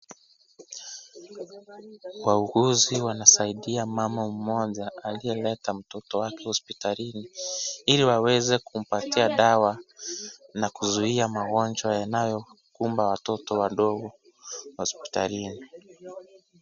Wauguzi wanasaidia mama mmoja aliyeleta mtoto wake hospitalini, ili waweze kumpatia dawa, na kuzuia magonjwa yanayokumba watoto wadogo hospitalini.